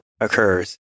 occurs